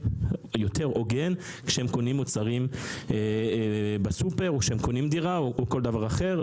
יותר הוגן כשהם קונים מוצרים בסופר או כשהם קונים דירה או כל דבר אחר,